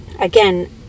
again